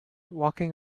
walking